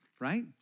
right